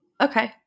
Okay